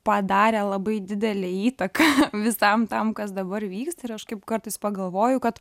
padarę labai didelę įtaką visam tam kas dabar vyksta ir aš kaip kartais pagalvoju kad